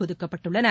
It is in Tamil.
ஒதுக்கப்பட்டுள்ளன